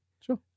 Sure